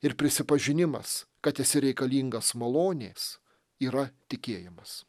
ir prisipažinimas kad esi reikalingas malonės yra tikėjimas